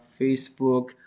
Facebook